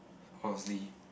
honestly